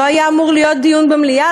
לא היה אמור להיות דיון במליאה,